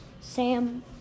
Sam